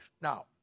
Now